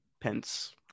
Pence